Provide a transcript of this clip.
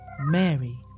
Mary